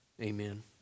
Amen